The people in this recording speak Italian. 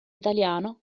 italiano